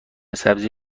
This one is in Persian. سبزی